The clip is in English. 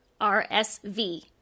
rsv